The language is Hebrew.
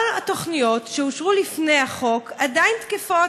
כל התוכניות שאושרו לפני החוק עדיין תקפות,